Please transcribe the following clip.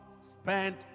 spent